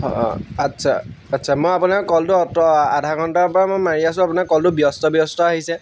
অঁ আচ্ছা আচ্ছা মই আপোনাৰ কলটো আধা ঘণ্টাৰ পৰা মই মাৰি আছোঁ আপোনাৰ কলটো ব্যস্ত ব্যস্ত আহিছে